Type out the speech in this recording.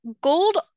gold